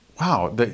wow